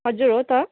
हजुर हो त